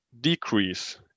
decrease